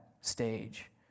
stage